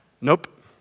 Nope